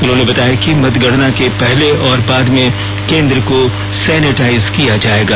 उन्होंने बताया कि मतगणना के पहले और बाद में केन्द्र को सैनिटाइज किया जाएगा